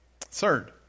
Third